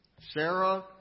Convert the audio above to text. Sarah